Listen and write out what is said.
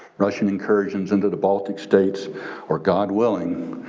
russian incursions into the baltic states or god willing,